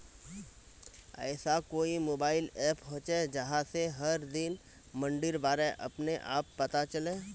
ऐसा कोई mobile app होचे जहा से हर दिन मंडीर बारे अपने आप पता चले?